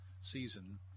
season